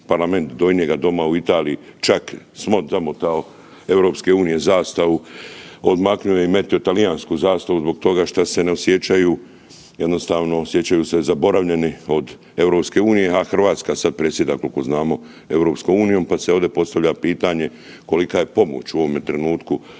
Parlamenta Donjega doma u Italiji čak … tamo EU zastavu odmaknuo i metnio talijansku zastavu zbog toga što se osjećaju zaboravljeni od EU, a Hrvatska sada predsjeda koliko znamo EU. Pa se ovdje postavlja pitanje, kolika je pomoć u ovome trenutku